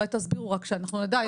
אולי תסבירו רק שנדע,